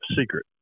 secret